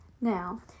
Now